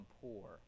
poor